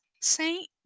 saint